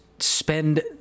spend